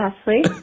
Ashley